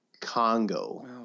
Congo